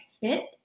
fit